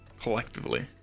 collectively